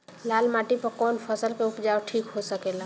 लाल माटी पर कौन फसल के उपजाव ठीक हो सकेला?